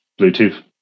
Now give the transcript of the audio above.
Bluetooth